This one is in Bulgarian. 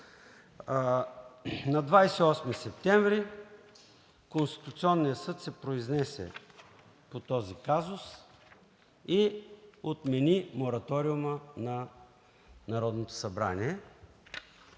На 28 септември Конституционният съд се произнесе по този казус и отмени мораториума на Народното събрание.